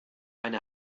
eine